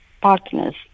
partners